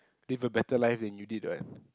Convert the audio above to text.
live a better life than you did [what]